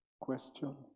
Question